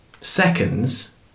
seconds